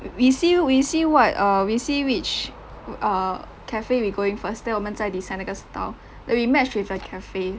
we see we see what err we see which err cafe we going first then 我们再 decide 那个 style then we match with the cafe